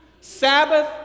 Sabbath